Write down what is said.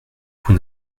vous